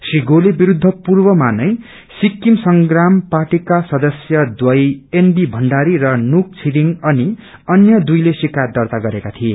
श्री गोले विरूद्व पूर्वमा नै सिक्किम संग्राम पार्टीका सदस्यद्वय एनबी भण्डारी र नूक छिरिङ अनि अन्य दुईले शिकायत दर्ता गरेका थिए